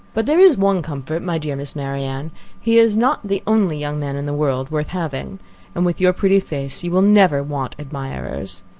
but there is one comfort, my dear miss marianne he is not the only young man in the world worth having and with your pretty face you will never want admirers.